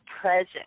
present